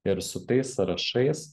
ir su tais sąrašais